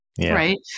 Right